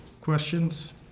Questions